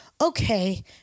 Okay